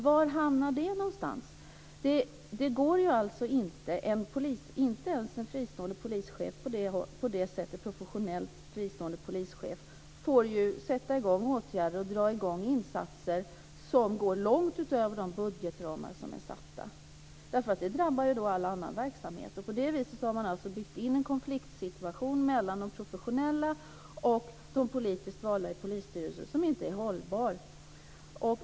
Var hamnar det ansvaret någonstans? Inte ens en fristående polischef får dra i gång insatser som går långt utöver de budgetramar som är fastställda. Det drabbar ju då all annan verksamhet. På det viset finns det en konfliktsituation inbyggd mellan de professionella och de politiskt valda i polisstyrelsen som inte är hållbar.